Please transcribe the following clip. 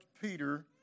Peter